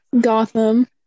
Gotham